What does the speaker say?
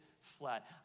flat